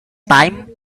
time